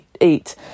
eat